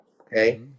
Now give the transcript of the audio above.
Okay